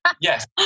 Yes